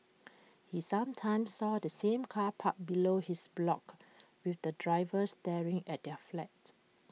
he sometimes saw the same car parked below his block with the driver staring at their flat